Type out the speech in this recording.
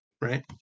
right